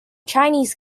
chinese